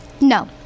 No